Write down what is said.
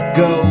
go